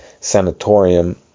sanatorium